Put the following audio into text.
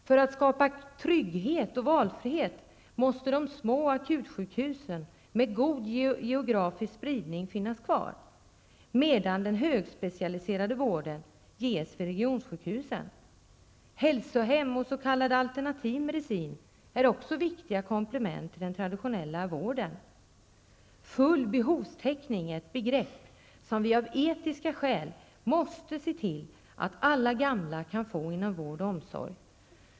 För att skapa trygghet och valfrihet måste de små akutsjukhusen med god geografisk spridning finnas kvar, medan den högspecialiserade vården ges vid regionsjukhusen. Hälsohem och s.k. alternativ medicin är också viktiga komplement till den traditionella vården. Full behovstäckning är något som vi av etiska skäl måste se till att alla gamla kan få inom vård och omsorg.